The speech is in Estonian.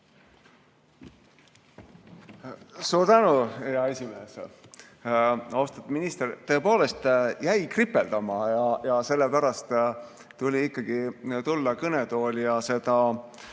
Suur tänu, hea esimees! Austatud minister! Tõepoolest jäi kripeldama ja sellepärast tuli ikkagi tulla kõnetooli ja seda